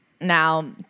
now